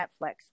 Netflix